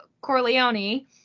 Corleone